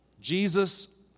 Jesus